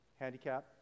handicap